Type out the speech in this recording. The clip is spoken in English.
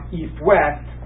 east-west